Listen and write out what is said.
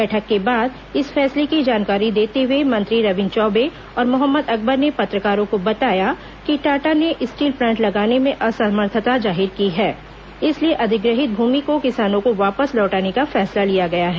बैठक के बाद इस फैसले की जानकारी देते हुए मंत्री रविन्द्र चौबे और मोहम्मद अकबर ने पत्रकारों को बताया कि टाटा ने स्टील प्लांट लगाने में असमर्थता जाहिर की है इसलिए अधिग्रहित भूमि को किसानों को वापस लौटाने का फैसला लिया गया है